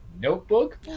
notebook